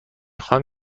خواهم